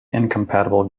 incompatible